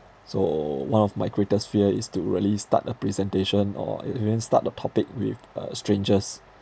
so one of my greatest fear is to really start a presentation or e~ even start a topic with uh strangers